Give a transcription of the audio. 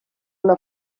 una